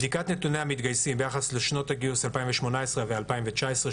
בדיקת נתוני המתגייסים ביחס לשנות הגיוס 2019-2018 שנערכה